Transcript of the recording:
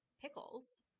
pickles